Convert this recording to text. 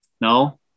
No